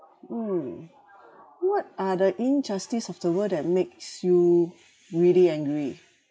mm what are the injustice of the world that makes you really angry